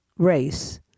race